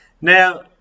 Now